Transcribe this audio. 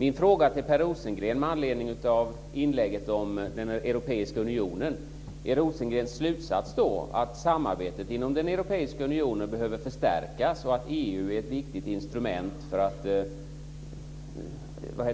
Min fråga till Per Rosengren med anledning av inlägget om den europeiska unionen är: Är Rosengrens slutsats att samarbetet inom den europeiska unionen behöver förstärkas och att EU är ett viktigt instrument för att